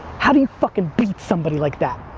how do you fuckin' beat somebody like that?